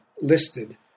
listed